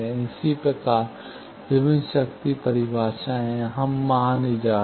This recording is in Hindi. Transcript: इसी प्रकार विभिन्न शक्ति परिभाषाएं हैं हम वहां नहीं जा रहे हैं